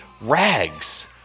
rags